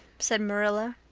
said marilla.